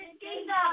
kingdom